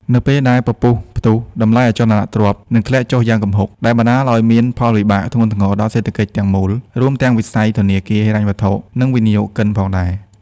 នៅពេលដែលពពុះផ្ទុះ តម្លៃអចលនទ្រព្យនឹងធ្លាក់ចុះយ៉ាងគំហុក ដែលបណ្ដាលឲ្យមានផលវិបាកធ្ងន់ធ្ងរដល់សេដ្ឋកិច្ចទាំងមូល រួមទាំងវិស័យធនាគារ ហិរញ្ញវត្ថុ និងវិនិយោគិនផងដែរ។